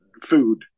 Food